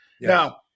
Now